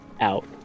out